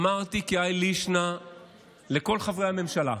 ואמרתי כהאי לישנא לכל חברי הממשלה: